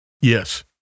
Yes